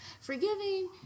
Forgiving